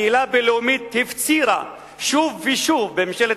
הקהילה הבין-לאומית הפצירה שוב ושוב בממשלת